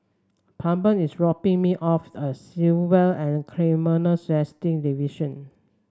Plummer is dropping me off at Civil and Criminal Justice Division